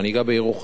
ואני אגע בירוחם.